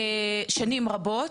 שנים רבות.